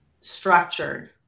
structured